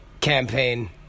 campaign